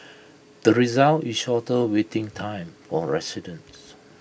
the result is shorter waiting time for residents